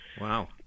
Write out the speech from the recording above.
Wow